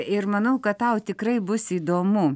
ir manau kad tau tikrai bus įdomu